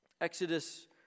Exodus